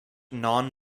non